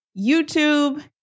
YouTube